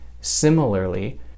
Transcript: Similarly